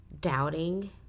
doubting